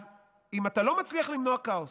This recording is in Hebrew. אז אם אתה לא מצליח למנוע כאוס,